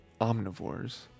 omnivores